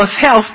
health